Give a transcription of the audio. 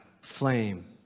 Flame